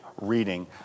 reading